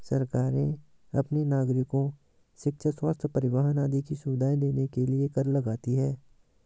सरकारें अपने नागरिको शिक्षा, स्वस्थ्य, परिवहन आदि की सुविधाएं देने के लिए कर लगाती हैं